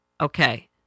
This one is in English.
Okay